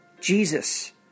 Jesus